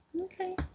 Okay